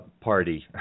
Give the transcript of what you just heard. party